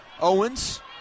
Owens